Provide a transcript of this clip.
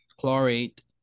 Chlorate